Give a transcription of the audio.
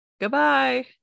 goodbye